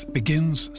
begins